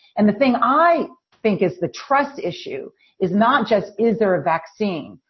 and the thing i think is the trust issue is not just is there a vaccine,